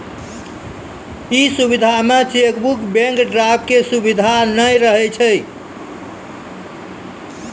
इ सुविधा मे चेकबुक, बैंक ड्राफ्ट के सुविधा नै रहै छै